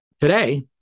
Today